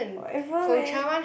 whatever man